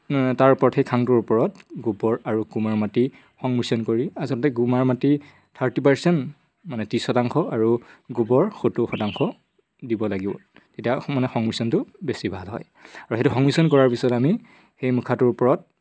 তাৰ ওপৰত সেই খাংটোৰ ওপৰত গোবৰ আৰু কুমাৰ মাটি সংমিশ্ৰণ কৰি আচলতে কুমাৰ মাটি থাৰ্টি পাৰ্চেণ্ট মানে ত্ৰিছ শতাংশ আৰু গোবৰ সত্তৰ শতাংশ দিব লাগিব তেতিয়া মানে সংমিশ্ৰণটো বেছি ভাল হয় আৰু সেইটো সংমিশ্ৰণ কৰাৰ পিছত আমি সেই মুখাটোৰ ওপৰত